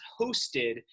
hosted